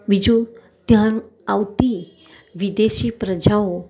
બીજું ત્યાં આવતી વિદેશી પ્રજાઓ